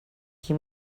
qui